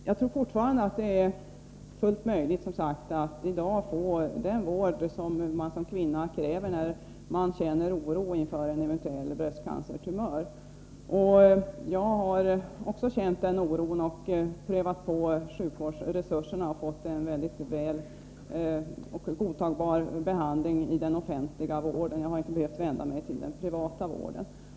Jag tror fortfarande att det är fullt möjligt att i dag få den vård som man såsom kvinna kräver, när man känner oro för en eventuell bröstecancertumör. Även jag har känt den oron och prövat på sjukvårdens resurser. Jag har fått en godtagbar behandling i den offentliga vården. Jag har inte behövt vända mig till den privata vården.